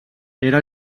era